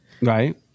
Right